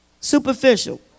Superficial